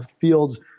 fields